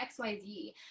xyz